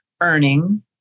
earning